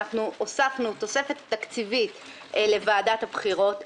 הוספנו תוספת תקציבית לוועדת הבחירות.